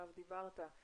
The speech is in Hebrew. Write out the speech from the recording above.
עליו דיברת,